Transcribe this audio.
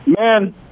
man